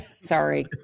Sorry